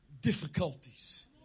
difficulties